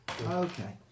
okay